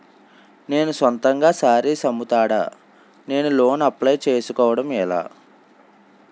నేను సొంతంగా శారీస్ అమ్ముతాడ, నేను లోన్ అప్లయ్ చేసుకోవడం ఎలా?